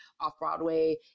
off-Broadway